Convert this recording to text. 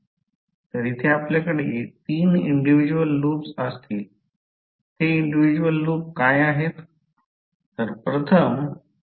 तर येथे आपल्याकडे तीन इंडिव्हिजवल लूप असतील ते इंडिव्हिजवल लूप काय आहेत